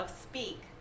speak